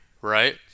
right